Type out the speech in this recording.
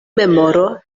memoro